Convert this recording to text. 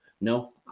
No